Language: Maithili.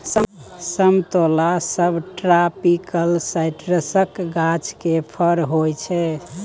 समतोला सबट्रापिकल साइट्रसक गाछ केर फर होइ छै